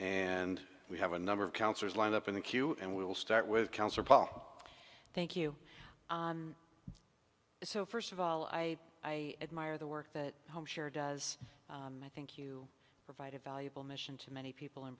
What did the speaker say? and we have a number of counselors lined up in the queue and we will start with cancer thank you so first of all i admire the work that homeshare does i think you provide a valuable mission to many people in